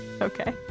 Okay